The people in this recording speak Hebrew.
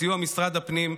בסיוע משרד הפנים,